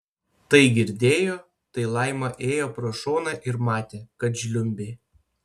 tai girdėjo tai laima ėjo pro šoną ir matė kad žliumbė